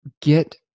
Get